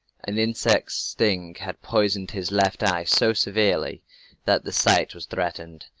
an insect's sting had poisoned his left eye so severely that the sight was threatened.